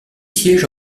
siège